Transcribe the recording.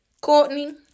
courtney